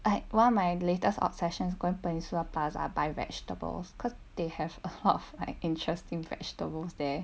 like one of my latest obsessions going peninsula plaza buy vegetables because they have a lot of like interesting vegetables there